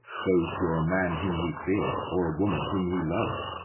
though twere a man whom he feared or a woman whom he loved.